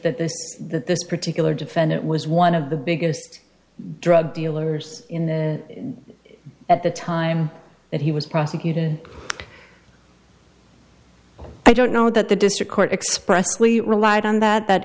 that this that this particular defendant was one of the biggest drug dealers in the at the time that he was prosecuted i don't know that the district court expressly relied on that that